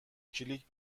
کلیک